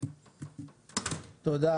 תודה.